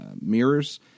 mirrors